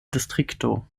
distrikto